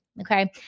Okay